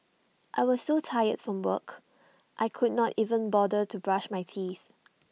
I was so tired from work I could not even bother to brush my teeth